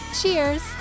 Cheers